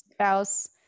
Spouse